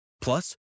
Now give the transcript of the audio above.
Plus